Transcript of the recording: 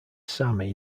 sami